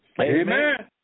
Amen